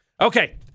Okay